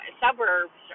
suburbs